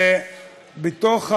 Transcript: ובתוך החוק,